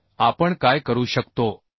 तर आपण काय करू शकतो